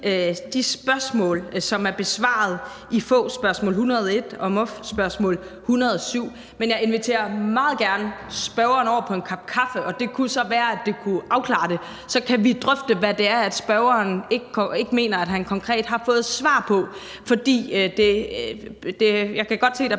de spørgsmål, som er besvaret i FOU, spørgsmål nr. 101, og i MOF, spørgsmål nr. 107. Men jeg inviterer meget gerne spørgeren over på en kop kaffe, og det kunne så være, at det kunne afklare det. Så kan vi drøfte, hvad det er, spørgeren ikke mener at han konkret har fået svar på. Jeg kan godt se, at der